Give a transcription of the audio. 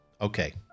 Okay